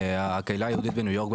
הקהילה היהודית בניו יורק,